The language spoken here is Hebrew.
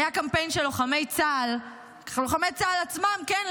היה קמפיין של לוחמי צה"ל, לוחמי צה"ל עצמם, כן?